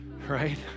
right